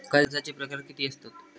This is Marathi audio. कर्जाचे प्रकार कीती असतत?